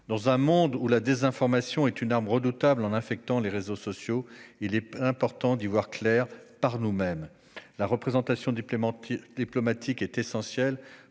Dans un monde où la désinformation est une arme redoutable en infectant les réseaux sociaux, il est important d'y voir clair par nous-mêmes. La représentation diplomatique est essentielle